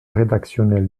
rédactionnel